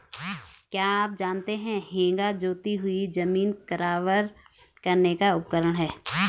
क्या आप जानते है हेंगा जोती हुई ज़मीन बराबर करने का उपकरण है?